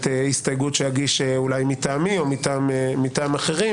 הסתייגות שאגיש אולי מטעמי או מטעם אחרים